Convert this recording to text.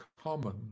common